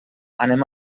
anem